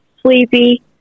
sleepy